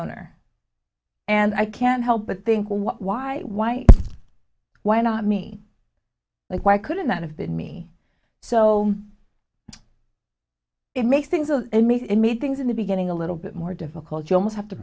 owner and i can't help but think why why why not me like why couldn't that have been me so it makes things so it made it made things in the beginning a little bit more difficult you'll have to